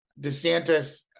desantis